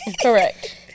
correct